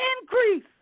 increase